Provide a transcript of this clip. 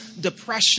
depression